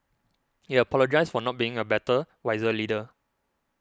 he apologised for not being a better wiser leader